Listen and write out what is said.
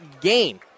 game